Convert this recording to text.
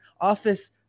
office